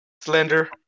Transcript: Slender